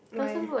why leh